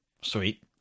Sweet